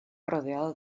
rodeado